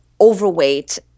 overweight